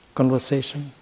conversation